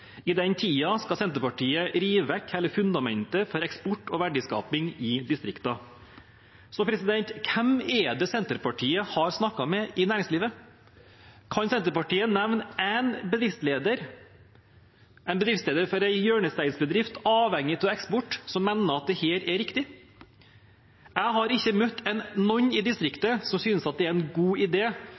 i den tiden skal Senterpartiet rive vekk hele fundamentet for eksport og verdiskaping i distriktene. Så hvem er det Senterpartiet har snakket med i næringslivet? Kan Senterpartiet nevne én bedriftsleder for en hjørnesteinsbedrift som er avhengig av eksport, som mener at dette er riktig? Jeg har ikke møtt noen i distriktet som synes at det er en god